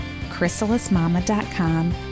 chrysalismama.com